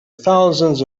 thousands